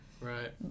Right